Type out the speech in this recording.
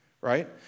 right